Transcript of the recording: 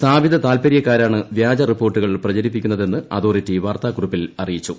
സ്ഥാപിത താൽപ്പര്യക്കാരാണ് വ്യാജ റ്റിപ്പോർട്ടുകൾ പ്രചരിപ്പിക്കുന്നതെന്ന് അതോറിറ്റി വാർത്താക്കുറിപ്പിൽ് അറിയിച്ചു